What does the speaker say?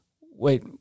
wait